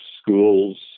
schools